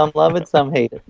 um love it. some hate it.